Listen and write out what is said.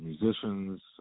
musicians